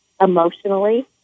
emotionally